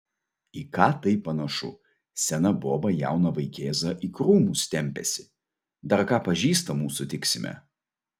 į ką tai panašu sena boba jauną vaikėzą į krūmus tempiasi dar ką pažįstamų sutiksime